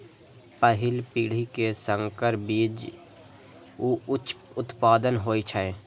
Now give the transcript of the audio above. पहिल पीढ़ी के संकर बीज सं उच्च उत्पादन होइ छै